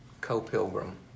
co-pilgrim